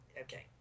okay